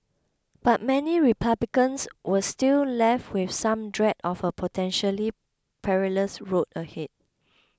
but many Republicans were still left with some dread of a potentially perilous road ahead